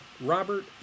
Robert